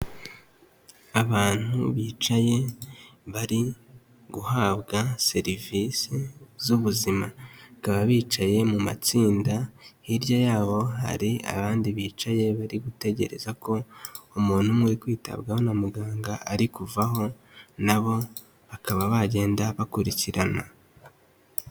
Abantu bicaye bari guhabwa serivise z'ubuzima bakaba bicaye mu matsinda, hirya yabo hari abandi bicaye bari gutegereza ko umuntu umwe uri kwitabwaho n'umuganga ari kuvaho na bo bakaba bagenda bakurikirana.